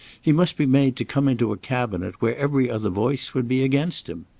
he must be made to come into a cabinet where every other voice would be against him.